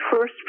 first